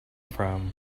from